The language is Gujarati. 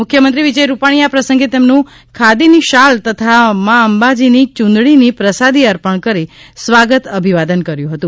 મુખ્યમંત્રી વિજય રૂપાણીએ આ પ્રસંગે તેમનું ખાદીની શાલ તથા માં અંબાજીની યુંદડીની પ્રસાદી અર્પણ કરી સ્વાગત અભિવાદન કર્યું હતું